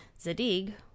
Zadig